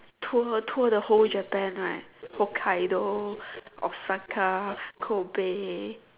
tour tour the whole Japan right Hokkaido Osaka Kobe